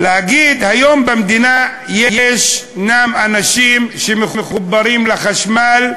היום במדינה יש אנשים שמחוברים לחשמל,